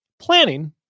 Planning